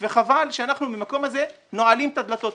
וחבל שאנחנו מהמקום הזה נועלים את הדלתות.